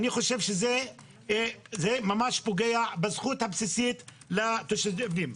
אני חושב שזה ממש פוגע בזכות הבסיסית של התושבים.